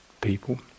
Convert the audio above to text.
people